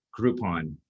Groupon